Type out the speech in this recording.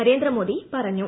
നരേന്ദ്രമോദി പറഞ്ഞു